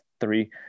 three